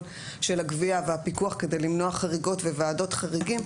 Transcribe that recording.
של הגבייה והפיקוח כדי למנוע חריגות וועדות חריגים,